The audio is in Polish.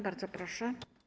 Bardzo proszę.